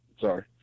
sorry